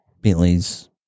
bentley's